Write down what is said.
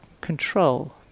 control